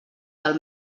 del